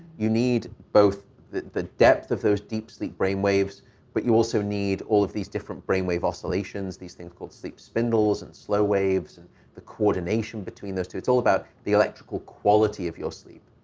you need both the the depth of those deep sleep brainwaves but you also need all of these different brainwave oscillations, these things called sleep spindles, and slow waves, and the coordination between those two. it's all about the electrical quality of your sleep.